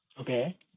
Okay